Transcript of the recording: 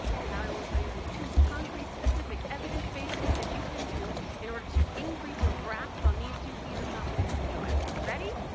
and now i will tell you the two concrete, specific, evidence-based things that you can do in order to increase your grasp on these two keys of confidence and joy. ready?